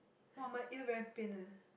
!wah! my ear very pain eh